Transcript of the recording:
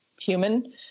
human